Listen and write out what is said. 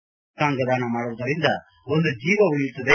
ಅಂಗಾಂಗ ದಾನ ಮಾಡುವುದರಿಂದ ಒಂದು ಜೀವ ಉಳಿಯುತ್ತದೆ